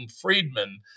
Friedman